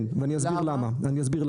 כן, ואסביר למה.